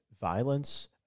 violence